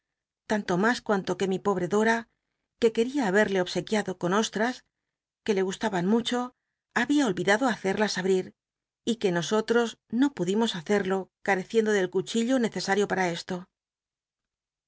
tanto mas cuanto c ue mi pol l'e dora que queria babcrle obsequiado con oshas que le gustaban mucho babia ohidado hacerlas abrir y que nosollos no pudimos hacerlo careciendo del cuchillo neccsaaio para esto